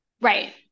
Right